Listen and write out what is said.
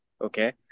Okay